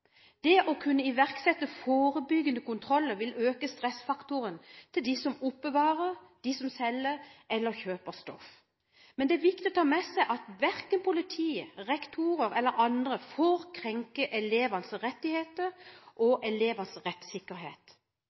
Å kunne iverksette forebyggende kontroller vil øke stressfaktoren til dem som oppbevarer, selger eller kjøper stoff. Men det er viktig å ta med seg at verken politiet, rektorer eller andre får krenke elevers rettigheter eller elevers rettssikkerhet.